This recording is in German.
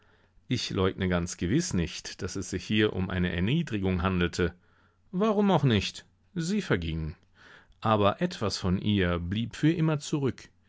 ich leugne ganz gewiß nicht daß es sich hier um eine erniedrigung handelte warum auch nicht sie verging aber etwas von ihr blieb für immer zurück